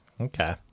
Okay